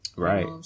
Right